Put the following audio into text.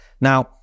Now